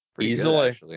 Easily